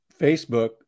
Facebook